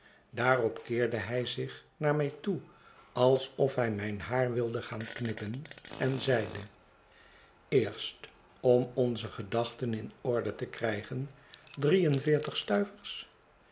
daarop keerde hij zich naar mij toe alsof hij mijn haar wilde gaan knippen en zeide eerst om onze gedachten in orde te krijgen